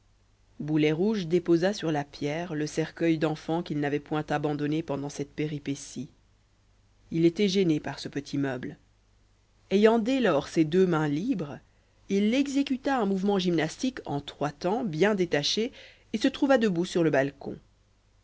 boulet rouge déposa sur la pierre le cercueil d'enfant qu'il n'avait point abandonné pendant cette péripétie il était gêné par ce petit meuble ayant dès lors ses deux mains libres il exécuta un mouvement gymnastique en trois temps bien détachés et se trouva debout sur le balcon